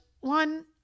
one